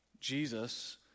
Jesus